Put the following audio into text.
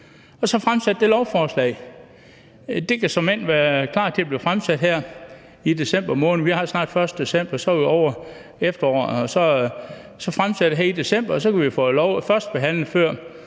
Så fremsæt det lovforslag! Det kan såmænd være klar til at blive fremsat her i december måned. Vi har snart den 1. december, så er vi ovre efteråret, og så kan det fremsættes her i december, og så kan vi få det førstebehandlet før